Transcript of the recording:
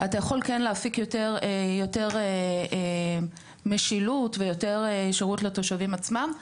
אתה יכול להפיק יותר משילות ויותר שירות לתושבים עצמם.